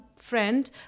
friend